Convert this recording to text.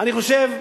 אני חושב,